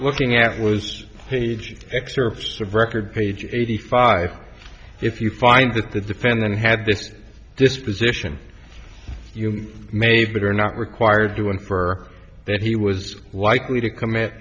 looking at was page excerpts of record page eighty five if you find that the defendant had this disposition you may have but are not required to infer that he was likely to commit